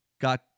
got